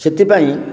ସେଥିପାଇଁ